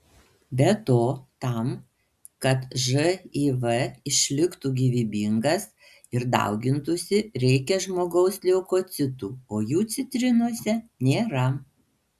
be to tam kad živ išliktų gyvybingas ir daugintųsi reikia žmogaus leukocitų o jų citrinose nėra